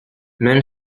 même